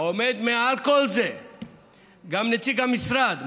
עומדים מעל כל זה גם נציג המשרד,